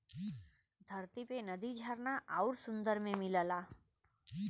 धरती पे नदी झरना आउर सुंदर में मिलला